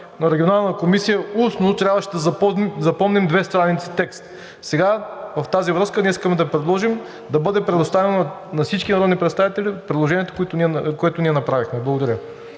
на Регионална комисия устно трябваше да запомним две страници текст. В тази връзка ние искаме да предложим да бъде предоставено на всички народни представители предложението, което ние направихме. Благодаря.